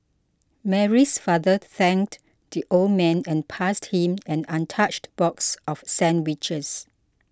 Mary's father thanked the old man and passed him an untouched box of sandwiches